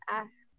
ask